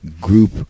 group